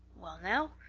well now,